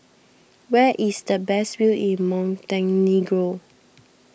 where is the best view in Montenegro